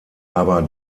aber